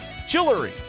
Chillery